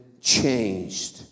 changed